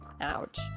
Ouch